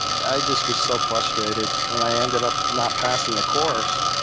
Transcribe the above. i just was so frustrated and i ended up not passing the course.